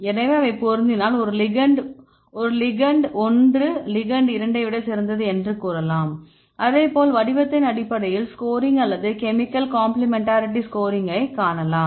எனவே அவை பொருந்தினால் இந்த லிகெண்ட் ஒன்று லிகெண்ட் இரண்டை விட சிறந்தது என்று கூறலாம் அதேபோல் வடிவத்தின் அடிப்படையில் ஸ்கோரிங் அல்லது கெமிக்கல் காம்ப்ளிமென்டாரிட்டி ஸ்கோரிங்கை காணலாம்